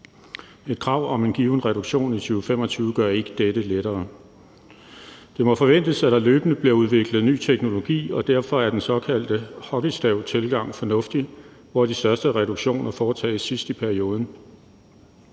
Et krav om en given reduktion i 2025 gør ikke dette lettere. Det må forventes, at der løbende bliver udviklet ny teknologi, og derfor er den såkaldte hockeystavstilgang fornuftig, hvor de største reduktioner foretages sidst i perioden.